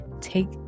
take